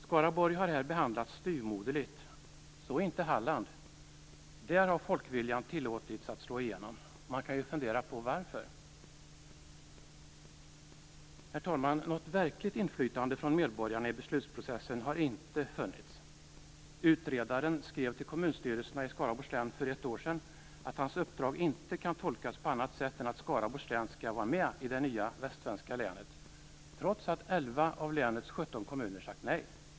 Skaraborg har här behandlats styvmoderligt, men så inte Halland, där folkviljan har tillåtits slå igenom. Man kan fundera varför. Herr talman! Något verkligt inflytande från medborgarna i beslutsprocessen har inte funnits. Utredaren skrev till kommunstyrelserna i Skaraborgs län för ett år sedan att hans uppdrag inte kan tolkas på annat sätt än att Skaraborgs län skall vara med i det nya västsvenska länet, trots att 11 av länets 17 kommuner sagt nej.